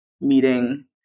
meeting